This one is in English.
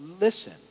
listen